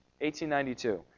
1892